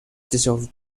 dissolved